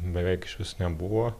beveik išvis nebuvo